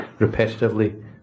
repetitively